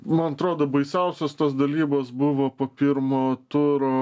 man atrodo baisiausios tos dalybos buvo po pirmo turo